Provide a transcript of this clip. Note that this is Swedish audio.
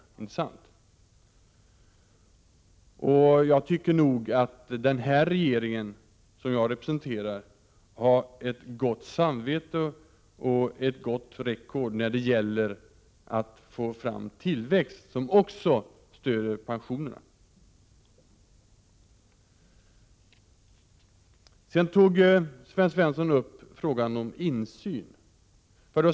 Jag tycker att den regering jag representerar kan ha ett gott samvete när det gäller att få till stånd god tillväxt, vilket också stöder pensionerna. Sten Svensson tog upp frågan om insyn.